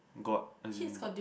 got as in